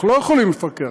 אנחנו לא יכולים לפקח.